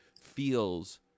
feels